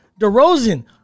DeRozan